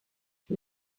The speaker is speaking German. wir